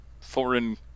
foreign